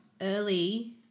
early